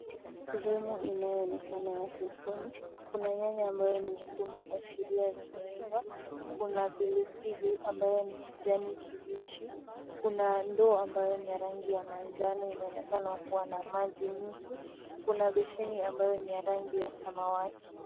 Sehemu inayoonekana ya sokoni. Kuna nyanya ambayo ni nyekundu kuashiria imeiva, kuna pilipili ambayo ni kijani kibichi, kuna ndoo ambayo ni ya rangi ya manjano inaonekana kuwa na maji nusu. Kuna besheni ambayo ni ya rangi ya samawati.